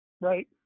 right